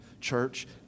Church